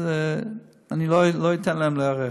אז אני לא אתן להם להיערך.